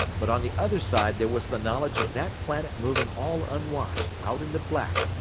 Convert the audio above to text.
but on the other side there was the knowledge of that planet moving all unwatched out in the black,